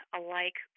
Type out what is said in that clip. alike